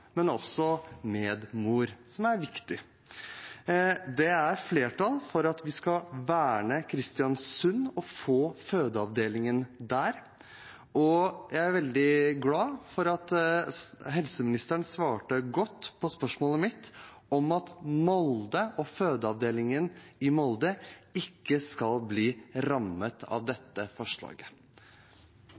men også medmor, som er viktig. Det er flertall for at vi skal verne Kristiansund og ha fødeavdeling der. Jeg er veldig glad for at helseministeren svarte godt på spørsmålet mitt om at Molde og fødeavdelingen i Molde ikke skal bli rammet av dette forslaget.